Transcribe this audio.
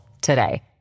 today